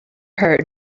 heard